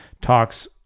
talks